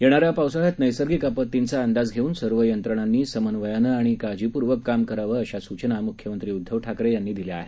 येणाऱ्या पावसाळ्यात नैसर्गिक आपत्तींचा अंदाज घेऊन सर्व यंत्रणांनी समन्वयानं आणि काळजीपूर्वक काम करावं अशा सूचना मुख्यमंत्री उद्दव ठाकरे यांनी दिल्या आहेत